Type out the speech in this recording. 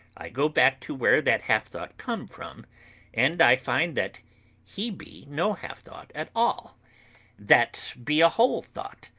i go back to where that half-thought come from and i find that he be no half-thought at all that be a whole thought,